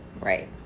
right